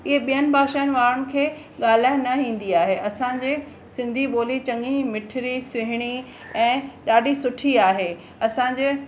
इहे ॿियनि भाषायुनि वारनि खे ॻाल्हाइण न ईंदी आहे असांजे सिंधी ॿोली चङी मिठरी सुहिणी ऐं ॾाढी सुठी आहे असांजे